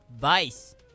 vice